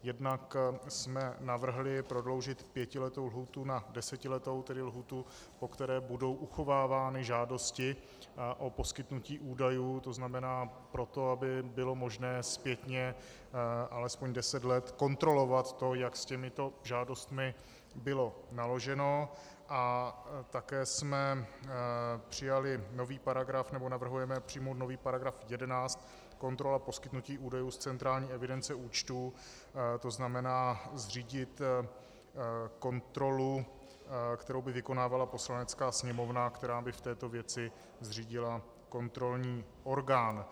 Jednak jsme navrhli prodloužit pětiletou lhůtu na desetiletou, tedy lhůtu, po kterou budou uchovávány žádosti o poskytnutí údajů, tzn. pro to, aby bylo možné zpětně, alespoň deset let, kontrolovat to, jak s těmito žádostmi bylo naloženo, a také jsme přijali nový paragraf, nebo navrhujeme přijmout nový paragraf 11 kontrola poskytnutí údajů z centrální evidence účtů, tzn. zřídit kontrolu, kterou by vykonávala Poslanecká sněmovna, která by v této věci zřídila kontrolní orgán.